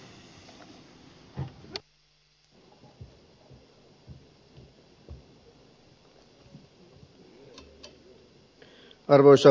vastustan liittovaltiokehitystä